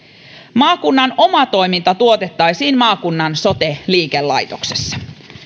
maakunnan oma toiminta tuotettaisiin maakunnan sote liikelaitoksessa